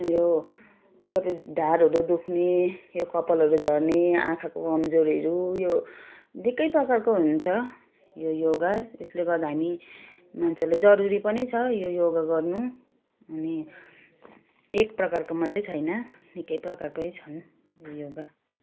यो जब ढाडहरू दुख्ने यो कपालहरू झर्ने आँखाको कमजोरहरू यो निकै प्रकारको हुन्छ यो योगा यसले गर्दा हामी मान्छेलाई जरुरी पनि छ यो योगा गर्नु अनि एक प्रकारको मात्रै छैन निकै प्रकारकै छन् योगा